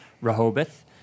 Rehoboth